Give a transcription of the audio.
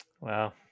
Wow